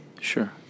Sure